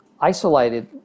isolated